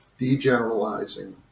degeneralizing